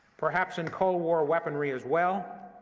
perhaps in cold war weaponry, as well,